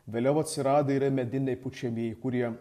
vėliau atsirado ir mediniai pučiamieji kurie